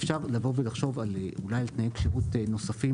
אפשר לבוא ולחשוב על תנאי כשירות נוספים